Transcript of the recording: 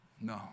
No